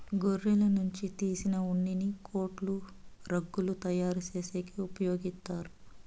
గొర్రెల నుంచి తీసిన ఉన్నిని కోట్లు, రగ్గులు తయారు చేసేకి ఉపయోగిత్తారు